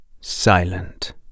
Silent